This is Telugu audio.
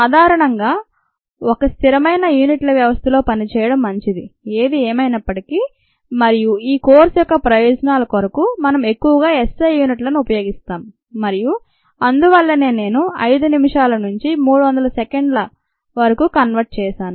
సాధారణంగా ఒక స్థిరమైన యూనిట్ల వ్యవస్థలో పనిచేయడం మంచిది ఏది ఏమైనప్పటికీ మరియు ఈ కోర్సు యొక్క ప్రయోజనాల కొరకు మనం ఎక్కువగా SI యూనిట్లను ఉపయోగిస్తాం మరియు అందువల్లనే నేను 5 నిమిషాల నుంచి 300 వందల సెకండ్ల వరకు కన్వర్ట్ చేశాను